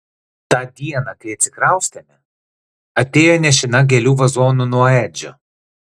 tą dieną kai atsikraustėme atėjo nešina gėlių vazonu nuo edžio